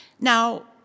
Now